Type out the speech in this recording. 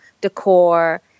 decor